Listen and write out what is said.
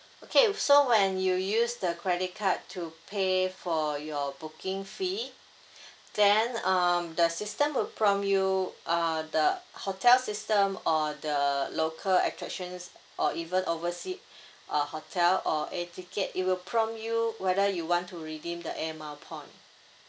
okay so when you use the credit card to pay for your booking fee then um the system will prompt you uh the hotel system or the local attractions or even oversea uh hotel or air ticket it will prompt you whether you want to redeem the air mile point